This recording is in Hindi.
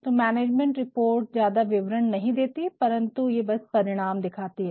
तो मैनेजमेंट रिपोर्ट ज्यादा विवरण नहीं देती है परन्तु ये बस परिणाम दिखाती है